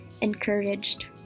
encouraged